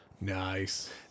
Nice